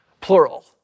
plural